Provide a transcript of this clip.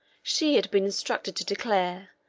she had been instructed to declare,